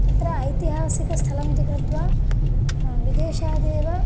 तत्र ऐतिहासिकस्थलमिति कृत्वा विदेशादेव